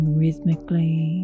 rhythmically